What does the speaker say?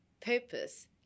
purpose